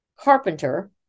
Carpenter